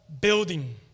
building